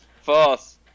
False